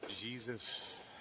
Jesus